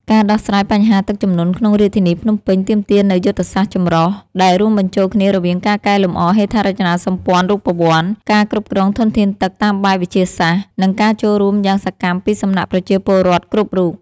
ការដោះស្រាយបញ្ហាទឹកជំនន់ក្នុងរាជធានីភ្នំពេញ ទាមទារនូវយុទ្ធសាស្ត្រចម្រុះ ដែលរួមបញ្ចូលគ្នារវាងការកែលម្អហេដ្ឋារចនាសម្ព័ន្ធរូបវន្ត ការគ្រប់គ្រងធនធានទឹកតាមបែបវិទ្យាសាស្ត្រ និងការចូលរួមយ៉ាងសកម្មពីសំណាក់ប្រជាពលរដ្ឋគ្រប់រូប។